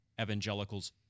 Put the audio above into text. evangelicals